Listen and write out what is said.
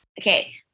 okay